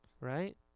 right